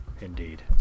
Indeed